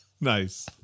Nice